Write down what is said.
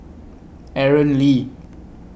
Aaron Lee